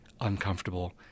uncomfortable